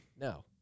No